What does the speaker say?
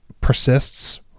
persists